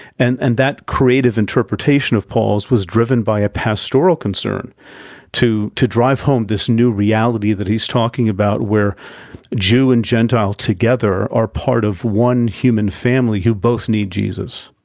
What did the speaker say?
and and that creative interpretation of paul's was driven by a pastoral concern to to drive home this new reality that he's talking about where jew and gentile together are part of one human family who both need jesus.